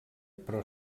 però